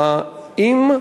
האם,